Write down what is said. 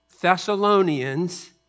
Thessalonians